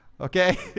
Okay